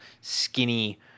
skinny